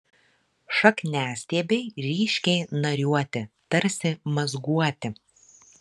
šakniastiebiai ryškiai nariuoti tarsi mazguoti